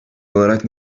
olarak